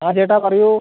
ആ ചേട്ടാ പറയൂ